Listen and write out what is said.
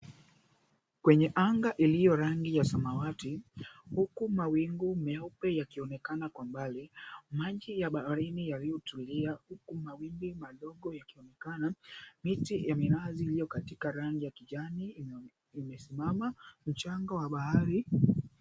Kwenye anga iliyo rangi ya samawati, huku mawingu meupe yakionekana kwa mbali, maji ya baharini yaliyotulia huku mawimbi madogo yakionekana, miti ya minazi iliyo katika rangi ya kijani imesimama, mchanga wa bahari.